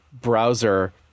browser